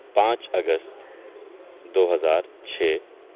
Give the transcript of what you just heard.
پانچ اگست دو ہزار چھ